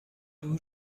اونو